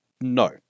No